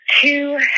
two